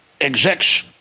execs